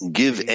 give